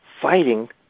fighting